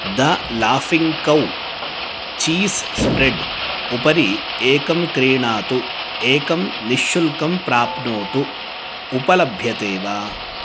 the laughing cow cheese spread उपरि एकं क्रीणातु एकं निःशुल्कं प्राप्नोतु उपलभ्यते वा